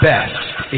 best